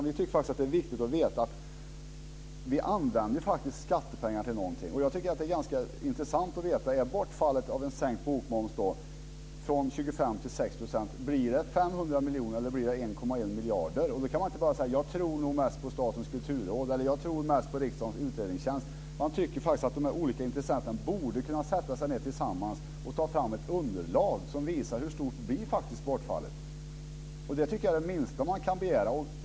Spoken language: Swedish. Vi tycker att det är viktigt att veta att vi använder skattepengarna till någonting. Det är intressant att veta om bortfallet på grund av sänkt bokmoms, från 25 % till 6 %, blir 500 miljoner eller 1,1 miljarder. Då går det inte att säga att man tror mest på Statens kulturråd eller riksdagens utredningstjänst. De olika intressenterna borde kunna sätta sig ned tillsammans och ta fram ett underlag som visar hur stort bortfallet faktiskt blir. Det är det minsta man kan begära.